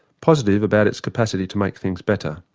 positive about its capacity to make things better.